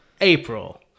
April